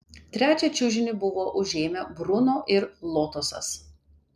trečią čiužinį buvo užėmę bruno ir lotosas